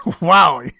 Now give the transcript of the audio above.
Wow